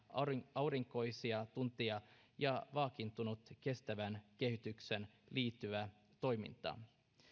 aurinkoisia tunteja ja vakiintunut kestävään kehitykseen liittyvä toiminta